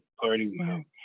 party